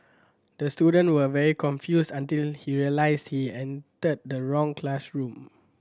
the student was very confused until he realised he entered the wrong classroom